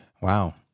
wow